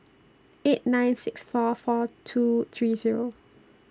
eight nine six four four two three Zero